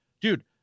dude